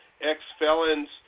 ex-felons